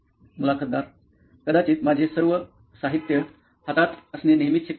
मुलाखतदार कदाचित माझे सर्व साहित्य हातात असणे नेहमीच शक्य नसते